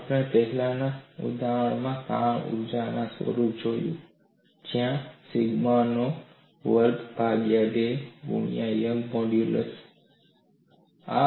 આપણે પહેલાના ઉદાહરણોમાં તાણ ઊર્જાના સ્વરૂપને જોયું છે જ્યાં સિગ્માનો વર્ગ ભાગ્યા 2 ગુણ્યા યંગના મોડ્યુલસYoungs modulus